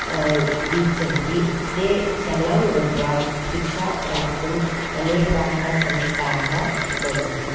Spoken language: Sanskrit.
इच्छन्ति ते शालां गत्वा शिक्षा प्राप्तुम् अनेकाः संस्थाः भवन्ति